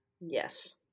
Yes